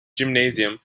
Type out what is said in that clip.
gymnasium